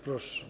Proszę.